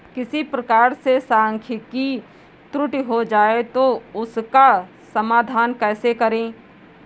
किसी प्रकार से सांख्यिकी त्रुटि हो जाए तो उसका समाधान कैसे करें?